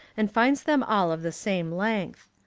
and finds them all of the same length.